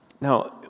Now